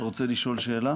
אתה רוצה לשאול שאלה?